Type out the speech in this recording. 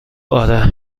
آره